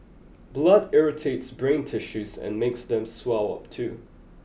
blood irritates brain tissues and makes them swell up too